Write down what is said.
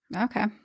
Okay